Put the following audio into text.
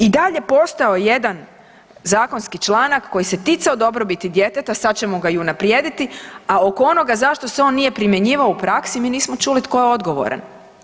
I dalje postojao jedan zakonski članak koji se ticao dobrobiti djeteta, sad ćemo ga i unaprijediti, a oko onoga zašto se on nije primjenjivao u praksi mi nismo čuli tko je odgovoran.